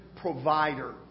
provider